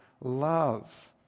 love